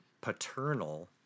paternal